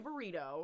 burrito